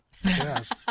Yes